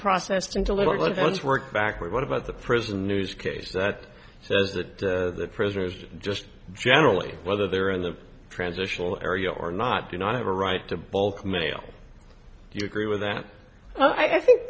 processed into let's work backward what about the prison news case that says that the prisoners just generally whether they're in the transitional area or not do not have a right to bulk mail you agree with that i think